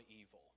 evil